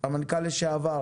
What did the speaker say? המנכ"ל לשעבר